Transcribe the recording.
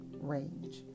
range